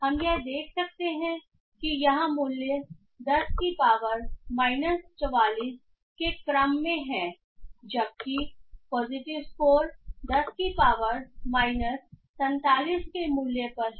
हम देख सकते हैं कि यहां मूल्य 10 की पावर माइनस 44 के क्रम में है जबकि पॉजिटिव स्कोर 10 की पावर माइनस 47 के मूल्य पर है